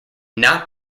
not